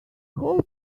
whole